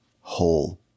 whole